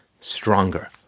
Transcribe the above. stronger